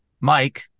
Mike